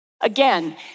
Again